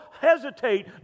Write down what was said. hesitate